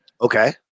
Okay